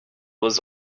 was